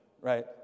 right